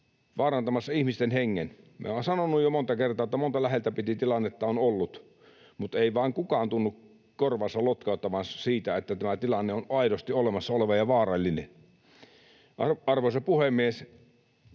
vaarantamassa ihmisten hengen. Minä olen sanonut jo monta kertaa, että monta läheltä piti -tilannetta on ollut, mutta ei vain kukaan tunnu korvaansa lotkauttavan sille, että tämä tilanne on aidosti olemassa oleva ja vaarallinen. Arvoisa puhemies!